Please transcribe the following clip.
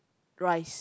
rice